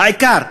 העיקר,